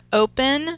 open